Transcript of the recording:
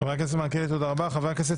חבר הכנסת